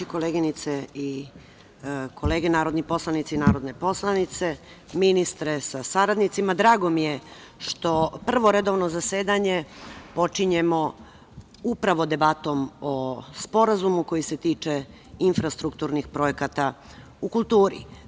Koleginice i kolege narodni poslanici i narodne poslanice, ministre sa saradnicima, drago mi je što prvo redovno zasedanje počinjemo upravo debatom o sporazumu koji se tiče infrastrukturnih projekata u kulturi.